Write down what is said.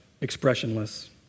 expressionless